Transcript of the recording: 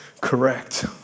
correct